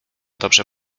dobrze